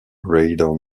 radar